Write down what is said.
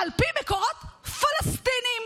"על פי מקורות פלסטיניים".